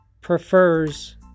prefers